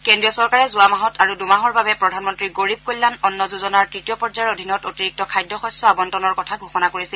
কেন্দ্ৰীয় চৰকাৰে যোৱা মাহত আৰু দুমাহৰ বাবে প্ৰধানমন্তী গৰীৱ কল্যাণ অন্ন যোজনাৰ তৃতীয় পৰ্যায়ৰ অধীনত অতিৰিক্ত খাদ্য শস্য আবণ্টনৰ কথা ঘোষণা কৰিছিল